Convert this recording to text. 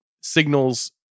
signals